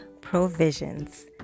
provisions